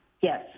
Yes